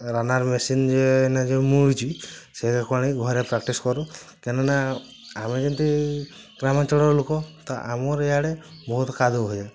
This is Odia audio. ରନର୍ ମେସିନ୍ରେ ଏଇନା ଯେଉଁ ମୁଁ ହେଉଛି ସେୟାକୁ ଆଣି ଘରେ ପ୍ରାକ୍ଟିସ୍ କରୁ କାଇଁକିନା ଆମେ ଯେମତି ଗ୍ରାମାଞ୍ଚଳର ଲୋକ ତ ଆମର ଇଆଡ଼େ ବହୁତ କାଦୁଅ ହୁଏ